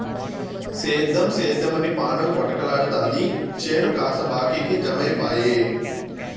సేద్దెం సేద్దెమని పాణం కొటకలాడతాది చేను కాస్త బాకీకి జమైపాయె